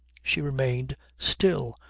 she remained still,